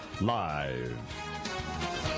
Live